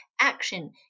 action